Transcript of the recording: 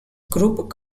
group